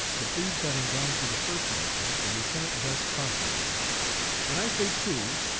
the plebes having gone through the first motion, the lieutenant thus cautioned them when i say two!